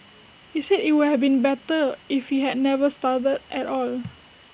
he said IT would have been better if he had never started at all